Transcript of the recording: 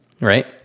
right